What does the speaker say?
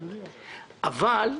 אבל,